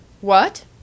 What